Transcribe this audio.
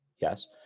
yes